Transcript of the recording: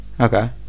okay